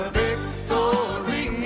victory